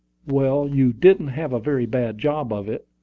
well, you didn't have a very bad job of it,